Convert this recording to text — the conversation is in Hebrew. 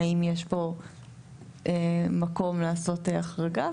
האם יש מקום לעשות פה החרגה,